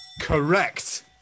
Correct